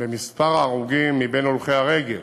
במספר ההרוגים מבין הולכי הרגל